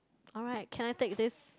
alright can I take this